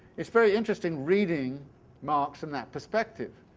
it's very interesting reading marx in that perspective.